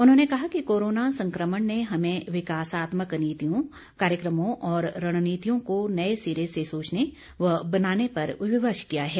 उन्होंने कहा कि कोरोना संक्रमण ने हमें विकासात्मक नीतियों कार्यक्रमों और रणनीतियों को नए सिरे से सोचने व बनाने पर विवश किया है